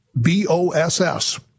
B-O-S-S